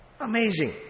Amazing